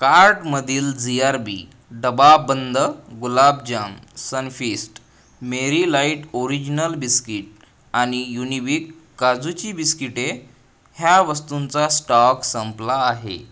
कार्टमधील G R B डबाबंद गुलाबजाम Sunfeast Marie light original biscuit आणि युनिविक काजूची बिस्किटे ह्या वस्तूंचा स्टॉक संपला आहे